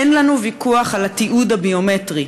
אין לנו ויכוח על התיעוד הביומטרי,